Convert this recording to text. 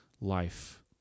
life